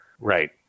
Right